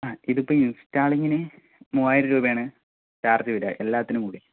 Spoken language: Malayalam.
ആ ഇതിപ്പം ഇൻസ്ടാലിങ്ങിന് മൂവായിരം രൂപയാണ് ചാർജ് വരിക എല്ലാത്തിനുംകൂടി